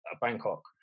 bangkok